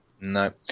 No